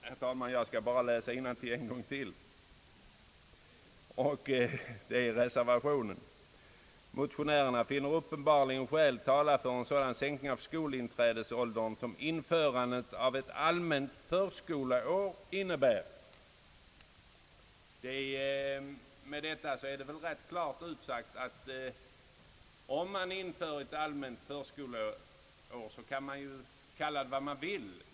Herr talman! Jag vill bara läsa innantill, ur reservationen, en gång till: »Motionärerna finner uppenbarligen skäl tala för en sådan sänkning av skolinträdesåldern, som införandet av ett allmänt förskoleår innebär...» Med detta är det väl ganska klart utsagt att om man inför ett allmänt förskoleår så kan man kalla det vad man vill.